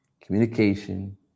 communication